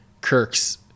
kirk's